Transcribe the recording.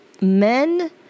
men